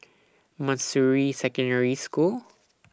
Manjusri Secondary School